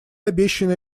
обещаны